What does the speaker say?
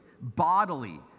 bodily